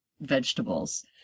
vegetables